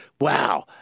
Wow